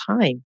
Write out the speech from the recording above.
time